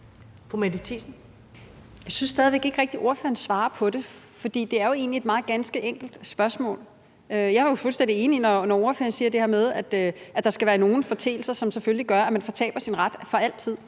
Jeg synes stadig væk ikke rigtig, ordføreren svarer på det, for det er jo egentlig et meget enkelt spørgsmål. Jeg er fuldstændig enig, når ordføreren siger det her med, at der skal være nogle foreteelser, som selvfølgelig gør, at man fortaber sin ret for altid,